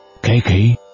KK